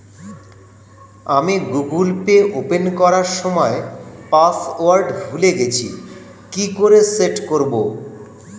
আমি Google Pay open করার সময় পাসওয়ার্ড ভুলে গেছি কি করে সেট করব?